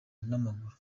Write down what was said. n’amaguru